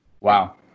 Wow